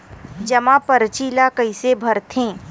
जमा परची ल कइसे भरथे?